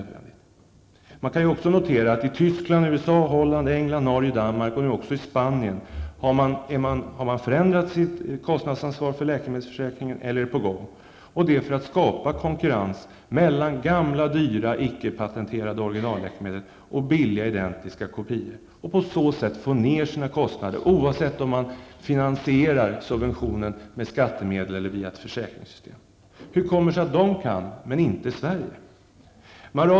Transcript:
Danmark och nu också Spanien har man redan förändrat kostnadsansvaret för läkemedelsförsäkringen eller är på väg att göra det, för att skapa konkurrens mellan gamla, dyra, ickepatenterade originalläkemedel och billiga, identiska kopior och på så sätt få ner sina kostnader, oavsett om subventionen finansieras med skattemedel eller via ett försäkringssystem. Hur kommer det sig att de kan men inte Sverige?